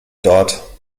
dort